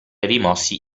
rimossi